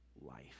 life